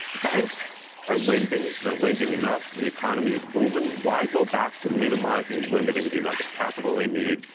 banks are lending, they're lending enough. the economy is booming. why go back to minimizing and limiting the amount of capital they need?